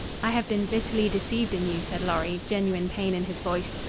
i have been bitterly deceived in you, said lorry, genuine pain in his voice.